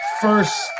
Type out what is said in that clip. first